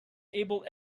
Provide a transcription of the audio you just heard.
able